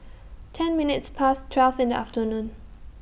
ten minutes Past twelve in The afternoon